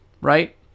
right